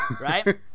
Right